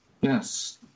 yes